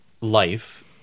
life